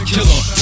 Killer